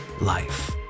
life